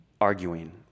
arguing